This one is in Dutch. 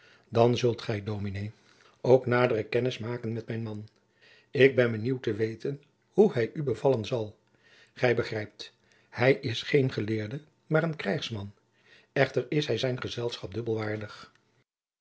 dan zult gij dominé ook nadere kennis maken met mijn man ik ben benieuwd te weten hoe hij u bevallen zal gij begrijpt hij is geen geleerde maar een krijgsman echter is hij zijn gezelschap dubbel waardig